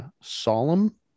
solemn